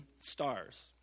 stars